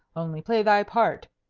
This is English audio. only play thy part.